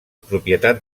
propietat